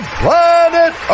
planet